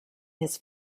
his